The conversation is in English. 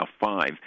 five